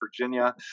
Virginia